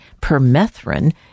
permethrin